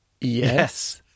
Yes